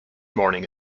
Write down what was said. morning